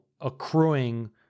accruing